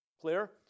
Clear